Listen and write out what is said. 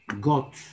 God